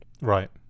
Right